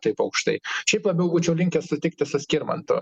taip aukštai šiaip labiau būčiau linkęs sutikti su skirmantu